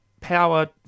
power